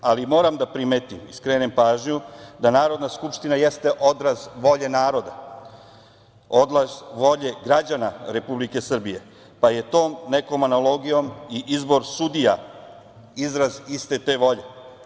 Ali, moram da primetim i skrenem pažnju da Narodna skupština jeste odraz volje naroda, odnos volje građana Republike Srbije, pa je tom nekom analogijom i izbor sudija izraz iste te volje.